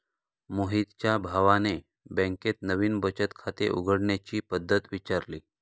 मोहितच्या भावाने बँकेत नवीन बचत खाते उघडण्याची पद्धत विचारली